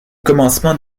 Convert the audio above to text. commencement